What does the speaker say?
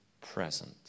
present